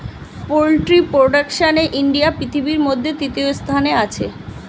poultry প্রোডাকশনে India পৃথিবীর মধ্যে তৃতীয় স্থানে আছে